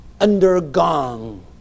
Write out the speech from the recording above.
undergone